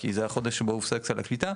כי זה החודש שבו הופסק סל הקליטה.